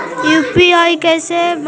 UPI कैसे बना सकली हे?